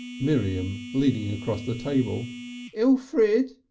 miriam leaning across the table elfrid!